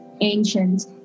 ancient